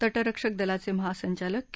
तटरक्षक दलाचे महासंचालक के